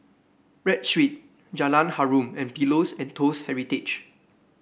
Read Street Jalan Harum and Pillows and Toast Heritage